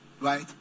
right